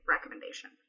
recommendation